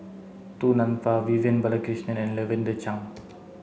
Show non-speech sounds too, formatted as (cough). Du Nanfa Vivian Balakrishnan and Lavender Chang (noise)